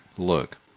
Look